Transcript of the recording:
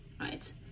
Right